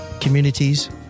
communities